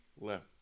left